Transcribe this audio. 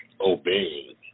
obeying